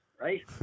right